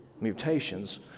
mutations